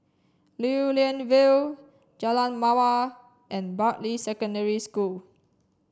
Lew Lian Vale Jalan Mawar and Bartley Secondary School